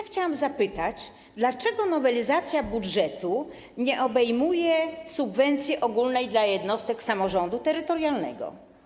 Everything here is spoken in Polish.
Chciałam zapytać, dlaczego nowelizacja budżetu nie obejmuje subwencji ogólnej dla jednostek samorządu terytorialnego.